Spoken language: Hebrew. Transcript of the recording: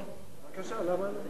בבקשה, למה לא.